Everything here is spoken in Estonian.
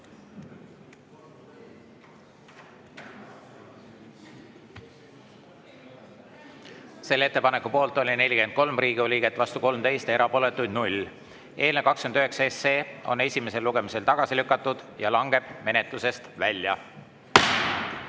välja. Ettepaneku poolt oli 43 Riigikogu liiget, vastu 13, erapooletuid 0. Eelnõu 29 on esimesel lugemisel tagasi lükatud ja langeb menetlusest välja.